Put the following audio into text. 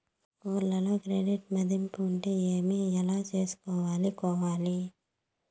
ఊర్లలో క్రెడిట్ మధింపు అంటే ఏమి? ఎలా చేసుకోవాలి కోవాలి?